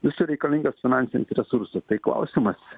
visur reikalingas finansinis resursai tai klausimas